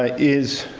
ah is